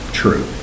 true